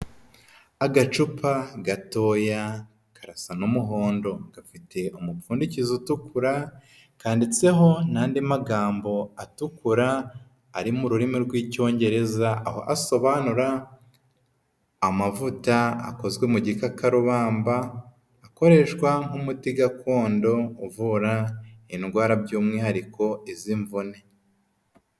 Agacupa gatoya karasa n'umuhondo. Gafite umupfundikizo utukura, kanditseho n'andi magambo atukura ari mu rurimi rw'icyongereza, aho asobanura amavuta akozwe mu gikakarubamba, akoreshwa nk'umuti gakondo uvura indwara by'umwihariko iz'imvune.